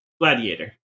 Gladiator